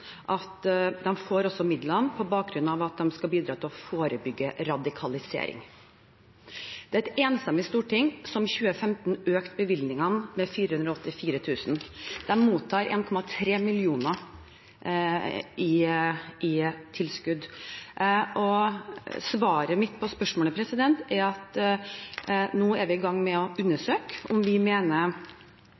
at de får midlene også på bakgrunn av at de skal bidra til å forebygge radikalisering. Det var et enstemmig storting som i 2015 økte bevilgningene med 484 000 kr. De mottar 1,3 mill. kr i tilskudd. Svaret mitt på spørsmålet er at vi nå er i gang med å undersøke om vi mener